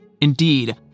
Indeed